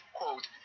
quote